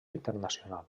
internacional